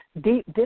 deep